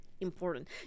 important